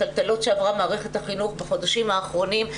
הטלטלות שעברה מערכת החינוך בחודשים האחרונים,